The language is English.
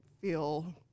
feel